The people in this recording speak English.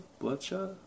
Bloodshot